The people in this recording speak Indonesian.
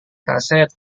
kaset